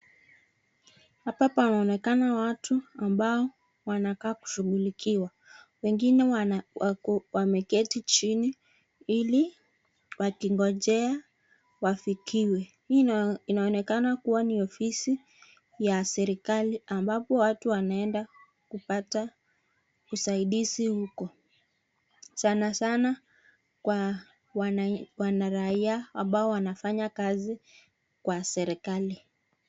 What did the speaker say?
Hapa pana onekana watu ambao wanakaa kushughulikiwa wengine wako wameketi chini ili wakingojea wafikiwe. Hii inaonekana kuwa ni ofisi ya serikali ambapo watu wameenda kupata usaidizi huko. Sanasana kwa wanaraia ambao wanafanya kazi kwa serikali.